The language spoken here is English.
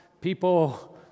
people